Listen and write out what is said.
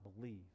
believe